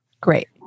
Great